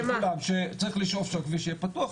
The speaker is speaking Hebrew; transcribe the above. שצריך לשאוף שהכביש יהיה פתוח,